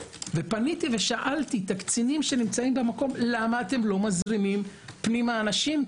פניתי ושאלתי את הקצינים שנמצאו במקום למה הם לא מזרימים פנימה אנשים.